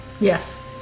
Yes